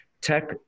Tech